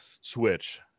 switch